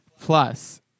Plus